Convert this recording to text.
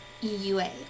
EUA